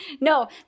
No